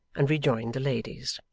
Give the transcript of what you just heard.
and rejoined the ladies.